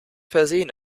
versehen